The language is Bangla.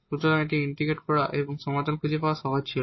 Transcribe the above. সুতরাং এটি ইন্টিগ্রেট করা এবং সমাধান খুঁজে পাওয়া সহজ ছিল